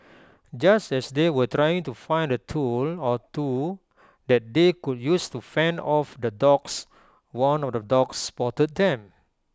just as they were trying to find A tool or two that they could use to fend off the dogs one of the dogs spotted them